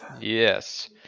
Yes